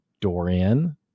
Dorian